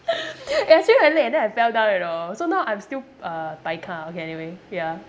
and I actually hit my leg and then I fell down you know so now I'm still uh bai ka okay anyway ya